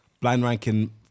blind-ranking